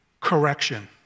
correction